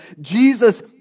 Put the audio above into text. Jesus